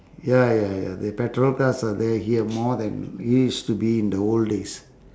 ya ya ya the petrol cars are they are here more than used to be in the old days